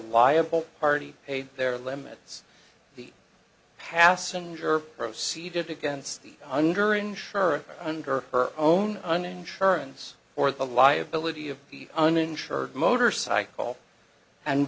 liable party paid their limits the passenger proceeded against the under insurer under her own an insurance or the liability of the uninsured motorcycle and